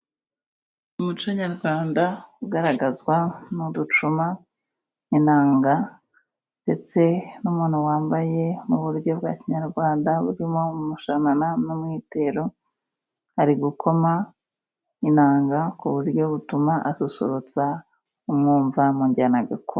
Umuco nyarwanda ugaragazwa n'uducuma, inanga, ndetse n'umuntu wambaye mu buryo bwa kinyarwanda, burimo umushanana n'umwitero, ari gukoma inanga ku buryo butuma asusurutsa umwumva mu njyana gakondo.